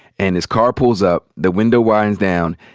and this car pulls up, the window winds down,